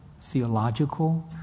theological